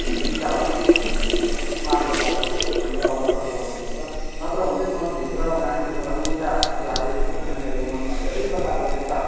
ठिक दिशातर्फ ठिक मार्गतर्फ हामीले अग्रसर गराउनु पर्छ नत्रभने चाहिँ मनभित्र नानीहरूको एउटा कुण्ठा जागृत हुन्छ नानीहरूको मनमा धेरै प्रकारका त्यस्ता